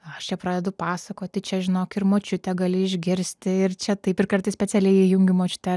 aš čia pradedu pasakoti čia žinok ir močiutę gali išgirsti ir čia taip ir kartais specialiai įjungiu močiutę